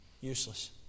useless